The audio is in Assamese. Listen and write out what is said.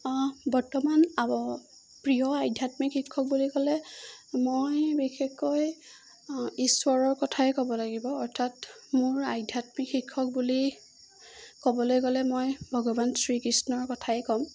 বৰ্তমান প্ৰিয় আধ্যাত্মিক শিক্ষক বুলি ক'লে মই বিশেষকৈ ঈশ্বৰৰ কথাই ক'ব লাগিব অৰ্থাৎ মোৰ আধ্যাত্মিক শিক্ষক বুলি ক'বলৈ গ'লে মই ভগৱান শ্ৰী কৃষ্ণৰ কথাই ক'ম